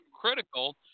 critical